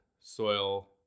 soil